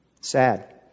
Sad